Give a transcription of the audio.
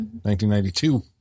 1992